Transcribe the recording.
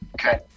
Okay